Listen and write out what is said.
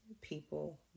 people